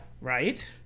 Right